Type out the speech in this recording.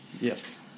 Yes